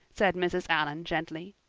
said mrs. allan gently.